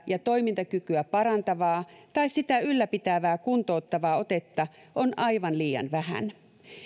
ja toimintakykyä parantavaa tai sitä ylläpitävää kuntouttavaa otetta on aivan liian vähän